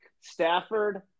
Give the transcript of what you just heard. stafford